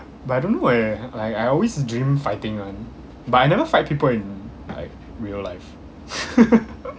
but I don't know eh like I always dream fighting [one] but I never fight people in like real life